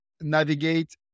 navigate